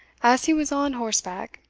as he was on horseback,